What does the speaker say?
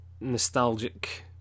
nostalgic